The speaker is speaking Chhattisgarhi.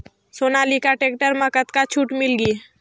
सोनालिका टेक्टर म कतका छूट मिलही ग?